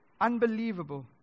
unbelievable